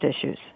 issues